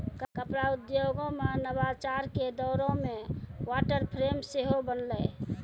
कपड़ा उद्योगो मे नवाचार के दौरो मे वाटर फ्रेम सेहो बनलै